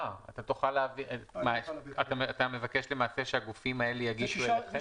אתה מבקש למעשה שהגופים האלה יגישו --- זה